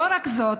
לא רק זאת,